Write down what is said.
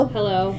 Hello